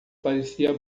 parecia